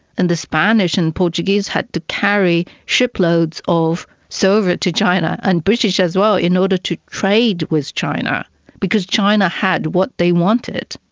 and the spanish and portuguese had to carry shiploads of silver to china, and british as well, in order to trade with china because china had what they wanted.